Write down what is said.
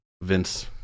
Vince